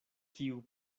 kiu